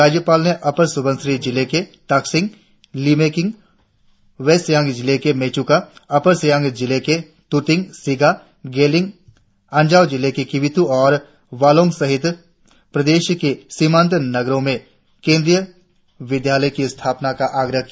राज्यपाल ने अपर सुबनसिरि जिले के ताकसिंगलिमेकिंग वेस्ट सियांग जिले के मेचूका अपर सियांग जिले के तुतिंग सिंगा गेलिंग अंजाव जिले के किबिथु और वालोंग सहित प्रदेश के सीमांत नगरो में केंद्रीय विद्यालयो की स्थापना का आग्रह किया